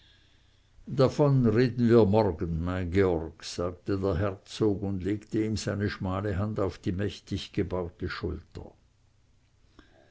davon reden wir morgen mein georg sagte der herzog und legte ihm seine schmale hand auf die mächtig gebaute schulter